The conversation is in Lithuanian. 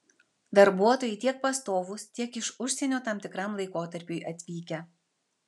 darbuotojai tiek pastovūs tiek iš užsienio tam tikram laikotarpiui atvykę